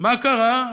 מה קרה?